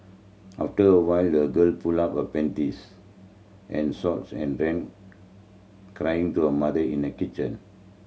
after a while the girl pulled up her panties and shorts and ran crying to her mother in the kitchen